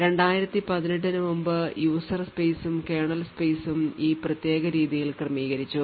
2018 ന് മുമ്പു user space ഉം Kernal space ഉം ഈ പ്രത്യേക രീതിയിൽ ക്രമീകരിച്ചു